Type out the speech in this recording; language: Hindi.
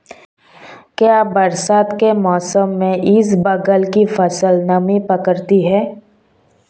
क्या बरसात के मौसम में इसबगोल की फसल नमी पकड़ती है?